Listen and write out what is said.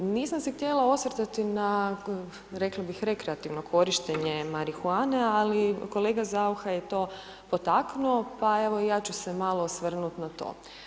Nisam se htjela osvrtati na rekla bih rekreativno korištenje marihuane, ali kolega Saucha je to potaknuo pa evo i ja ću se malo osvrnut na to.